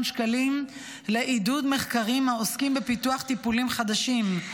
שקלים לעידוד מחקרים העוסקים בפיתוח טיפולים חדשים,